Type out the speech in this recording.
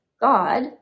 God